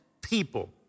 people